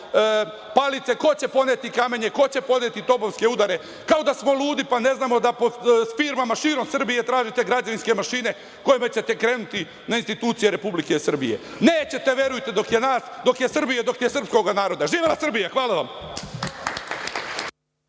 palice, ko će poneti kamenje, ko će poneti topovske udare, kao da smo ludi, pa ne znamo da po firmama širom Srbije tražite građevinske mašine kojima ćete krenuti na institucije Republike Srbije. Nećete, verujte, dok je nas, dok je Srbije, dok je srpskog naroda. Živela Srbija! Hvala.